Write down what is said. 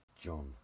john